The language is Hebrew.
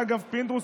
פינדרוס,